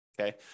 Okay